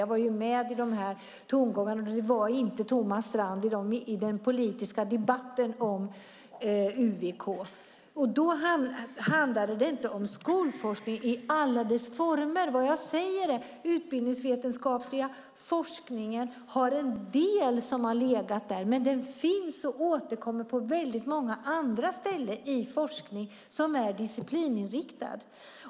Jag var med i den politiska debatten om UVK, men det var inte Thomas Strand. Då handlade det inte om skolforskning i alla dess former. Det jag säger är att en del av den utbildningsvetenskapliga forskningen har legat där, men den återkommer på många andra ställen inom forskningen som är disciplininriktad.